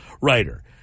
writer